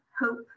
hope